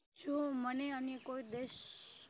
જો મને અને કોઈ દેશ